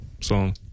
song